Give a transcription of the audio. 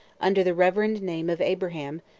under the reverend name of abraham,